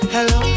Hello